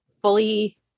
fully